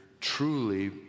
truly